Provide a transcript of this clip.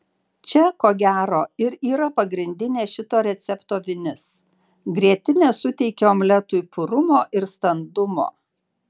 čia ko gero ir yra pagrindinė šito recepto vinis grietinė suteikia omletui purumo ir standumo